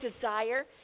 desire